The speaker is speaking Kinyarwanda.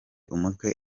umutwe